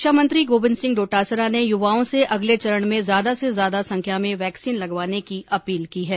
शिक्षा मंत्री गोविंद सिंह डोटासरा ने युवाओं से अगले चरण में ज्यादा से ज्यादा संख्या में वैक्सीन लगवाने की अपील की है